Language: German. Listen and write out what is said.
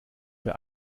bei